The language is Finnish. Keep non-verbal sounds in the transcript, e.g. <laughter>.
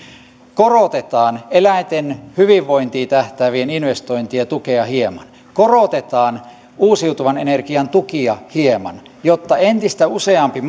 korotetaan eläinten hyvinvointiin tähtäävien investointien tukea hieman korotetaan uusiutuvan energian tukia hieman jotta entistä useampi <unintelligible>